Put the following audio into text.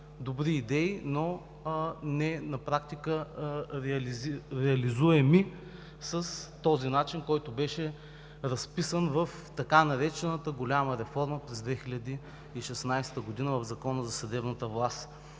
Добри идеи, но на практика нереализуеми с начина, който беше разписан в така наречената голяма реформа през 2016 г. в Закона за съдебната власт.